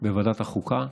בוועדת החוקה.